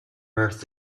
earth